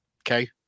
Okay